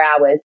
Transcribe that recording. hours